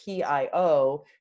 PIO